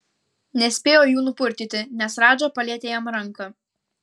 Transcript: nespėjo jų nupurtyti nes radža palietė jam ranką